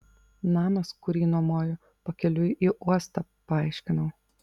namas kurį nuomoju pakeliui į uostą paaiškinau